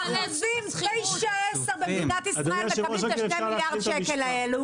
עשירונים 9 ו-10 במדינת ישראל מקבלים את ה-2.2 מיליארד שקל האלה.